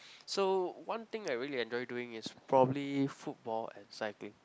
so one thing I really enjoy doing is probably football and cycling